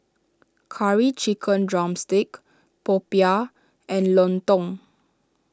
Curry Chicken Drumstick Popiah and Lontong